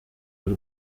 y’u